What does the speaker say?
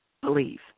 believe